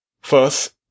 First